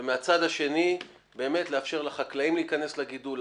ומצד שני באמת לאפשר לחקלאים להיכנס לגידול,